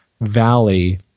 valley